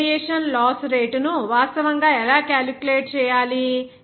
net radiation loss రేటును వాస్తవంగా ఎలా క్యాలిక్యులేట్ చేయాలి